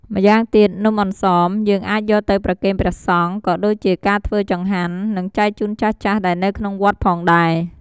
ម្យ៉ាងទៀត នំអន្សម យើងអាចយកទៅប្រគេនព្រះសង្ឃ ក៏ដូចជាការធ្វើចង្ហាន និងចែនជូនចាស់ៗដែលនៅក្នុងវត្តផងដែរ។